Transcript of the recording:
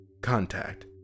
Contact